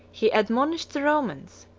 he admonished the romans,